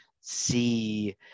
see